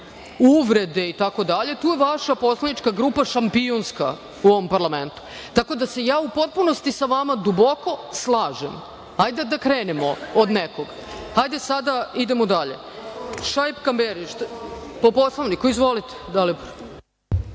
uvrede itd, tu je vaša poslanička grupa šampionska u ovom parlamentu. Tako da se ja u potpunosti sa vama duboko slažem. Hajde da krenemo od nekog. Hajde sada idemo dalje. Po poslovniku. Izvolite,